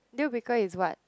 deal breaker is what